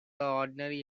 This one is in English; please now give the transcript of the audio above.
ordinary